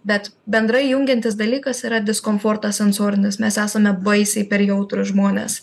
bet bendrai jungiantis dalykas yra diskomfortas sensorinis mes esame baisiai per jautrūs žmonės